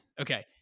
Okay